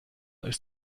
ist